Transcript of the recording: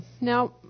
now